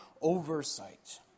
oversight